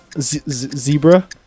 zebra